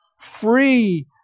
free